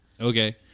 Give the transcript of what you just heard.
Okay